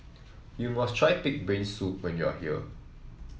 you must try pig brain soup when you are here